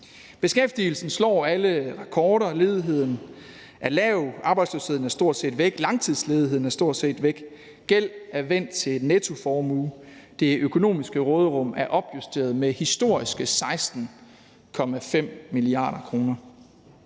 Beskæftigelsen slår alle rekorder, ledigheden er lav, arbejdsløsheden er stort set væk, langtidsledigheden er stort set væk, gæld er vendt til nettoformue, og det økonomiske råderum er opjusteret med historiske 16,5 mia. kr.